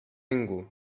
ningú